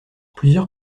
plusieurs